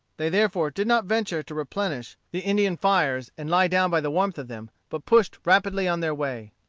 they therefore did not venture to replenish the indian fires and lie down by the warmth of them, but pushed rapidly on their way.